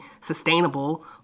sustainable